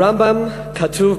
ברמב"ם כתוב,